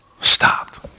stopped